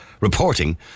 reporting